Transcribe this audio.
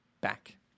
back